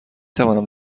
توانم